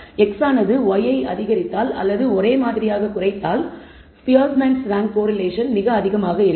x ஆனது y ஐ அதிகரித்தால் அல்லது ஒரே மாதிரியாகக் குறைத்தால் ஸ்பியர்மேனின்spearman's ரேங்க் கோரிலேஷன் மிக அதிகமாக இருக்கும்